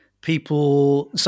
people